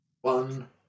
One